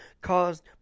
caused